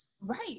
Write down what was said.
Right